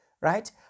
right